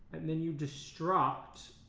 and then you destruct